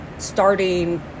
Starting